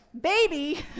Baby